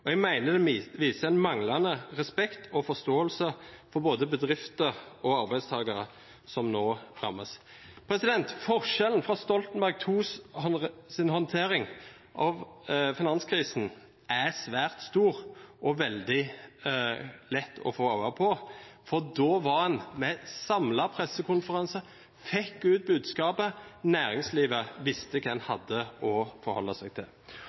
og jeg mener det viser en manglende respekt og forståelse for både bedrifter og arbeidstakere som nå rammes. Forskjellen fra Stoltenberg IIs håndtering av finanskrisen er svært stor og veldig lett å få øye på, for da hadde man en samlet pressekonferanse, fikk ut budskapet, og næringslivet visste hva en hadde å forholde seg til.